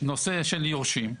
נושא של יורשים,